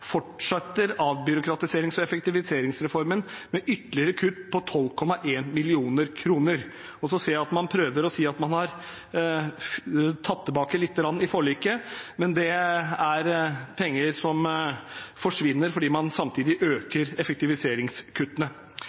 fortsetter avbyråkratiserings- og effektiviseringsreformen med ytterligere kutt på 12,1 mill. kroner. Så ser jeg at man prøver å si at man har tatt tilbake lite grann i forliket, men det er penger som forsvinner fordi man samtidig øker effektiviseringskuttene.